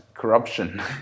Corruption